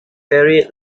barry